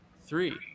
three